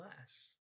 less